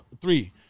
three